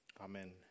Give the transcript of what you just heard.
Amen